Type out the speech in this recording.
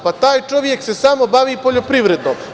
Pa, taj čovek se samo bavi poljoprivredom.